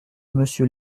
monsieur